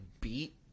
beat